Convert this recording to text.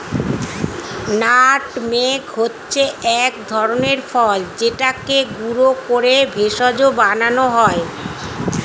nutmeg হচ্ছে এক ধরনের ফল যেটাকে গুঁড়ো করে ভেষজ বানানো হয়